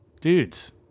dude's